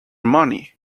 money